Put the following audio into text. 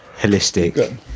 holistic